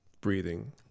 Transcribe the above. breathing